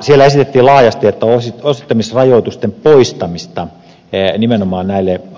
siellä esitettiin laajasti osittamisrajoitusten poistamista nimenomaan